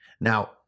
Now